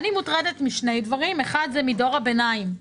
אני מוטרדת משני דברים כאשר האחד הוא דור הביניים.